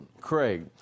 Craig